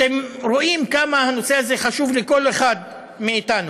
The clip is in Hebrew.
אתם רואים כמה הנושא הזה חשוב לכל אחד מאתנו,